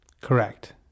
Correct